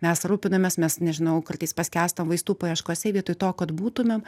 mes rūpinamės mes nežinau kartais paskęstam vaistų paieškose vietoj to kad būtumėm